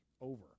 over